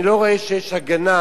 אני לא רואה שיש הגנה,